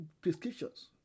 prescriptions